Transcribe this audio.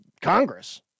Congress